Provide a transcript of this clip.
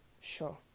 sure